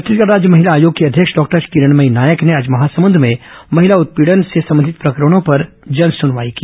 छत्तीसगढ़ राज्य महिला आयोग की अध्यक्ष डॉक्टर किरणमयी नायक ने आज महासमूंद में महिला उत्पीड़न से संबंधित प्रकरणों पर जनसुनवाई की